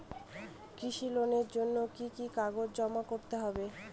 কৃষি লোনের জন্য কি কি কাগজ জমা করতে হবে?